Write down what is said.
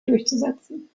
durchzusetzen